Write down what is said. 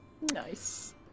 Nice